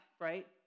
right